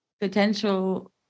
potential